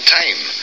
time